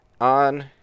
on